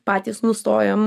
patys nustojam